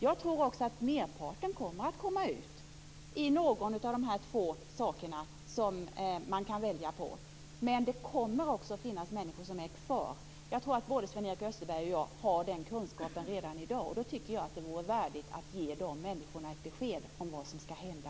Jag tror att merparten kommer att komma ut i någon av de här två sakerna som man kan välja på. Men det kommer också att finnas människor som är kvar. Jag tror att både Sven-Erik Österberg och jag har den kunskapen redan i dag. Därför tycker jag att det vore värdigt att ge de här människorna ett besked om vad som ska hända.